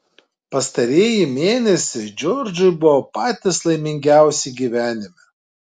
pastarieji mėnesiai džordžui buvo patys laimingiausi gyvenime